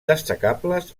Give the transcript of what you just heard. destacables